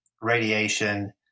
radiation